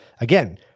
again